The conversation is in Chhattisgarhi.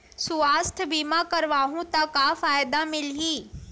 सुवास्थ बीमा करवाहू त का फ़ायदा मिलही?